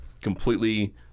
completely